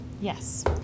Yes